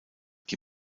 die